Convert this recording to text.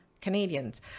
Canadians